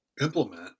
implement